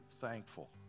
thankful